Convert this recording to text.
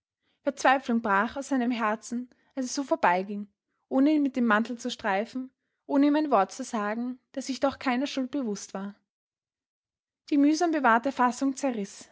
verzweiflung brach aus seinem herzen als er so vorbeiging ohne ihn mit dem mantel zu streifen ohne ihm ein wort zu sagen der sich doch keiner schuld bewußt war die mühsam bewahrte fassung zerriß